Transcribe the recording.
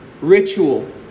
Ritual